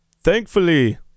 Thankfully